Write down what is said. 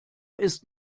ist